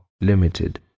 limited